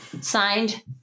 Signed